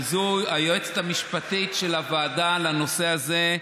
וזו היועצת המשפטית של הוועדה לנושא הזה,